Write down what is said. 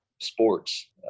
sports